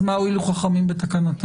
אז מה הועילו חכמים בתקנתם?